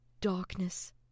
darkness